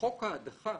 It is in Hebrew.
בחוק ההדחה,